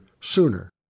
sooner